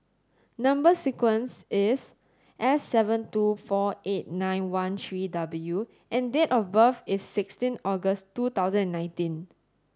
number sequence is S seven two four eight nine one three W and date of birth is sixteen August two thousand and nineteen